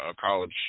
college